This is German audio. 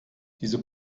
diese